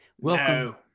Welcome